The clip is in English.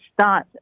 start